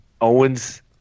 Owens